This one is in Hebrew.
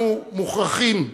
אנחנו מוכרחים,